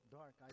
dark